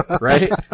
right